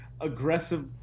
aggressive